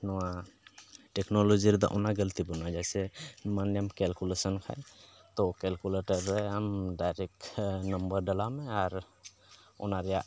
ᱱᱚᱣᱟ ᱴᱮᱠᱱᱳᱞᱚᱡᱤ ᱨᱮᱫᱚ ᱚᱱᱟ ᱜᱟᱹᱞᱛᱤ ᱵᱟᱹᱱᱩᱜᱼᱟ ᱡᱮᱥᱮ ᱢᱟᱱᱮᱢ ᱠᱮᱞᱠᱩᱞᱮᱥᱚᱱ ᱠᱷᱟᱡ ᱛᱚ ᱠᱮᱞᱠᱩᱞᱮᱴᱟᱨ ᱨᱮ ᱟᱢ ᱰᱟᱭᱨᱮᱠᱴ ᱱᱚᱢᱵᱚᱨ ᱰᱟᱞᱟᱣ ᱢᱮ ᱟᱨ ᱚᱱᱟ ᱨᱮᱭᱟᱜ